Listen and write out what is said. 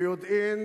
ביודעין